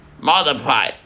multiply